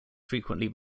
frequently